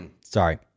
sorry